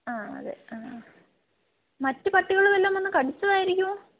ആ അതെ ആ മറ്റ് പട്ടികൾ വല്ലതും വന്ന് കടിച്ചതായിരിക്കുമോ